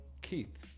Keith